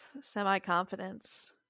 semi-confidence